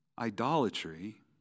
Idolatry